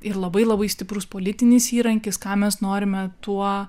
ir labai labai stiprus politinis įrankis ką mes norime tuo